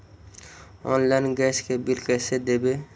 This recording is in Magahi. आनलाइन गैस के बिल कैसे देबै?